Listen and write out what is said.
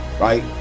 right